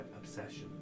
obsession